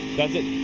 does a